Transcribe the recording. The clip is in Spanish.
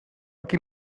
aquí